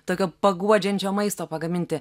tokio paguodžiančio maisto pagaminti